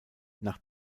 nach